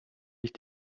sich